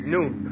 Noon